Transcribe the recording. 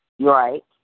Right